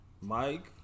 Mike